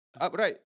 upright